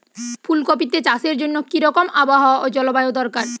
ফুল কপিতে চাষের জন্য কি রকম আবহাওয়া ও জলবায়ু দরকার?